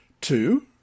Two